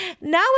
Now